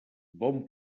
bon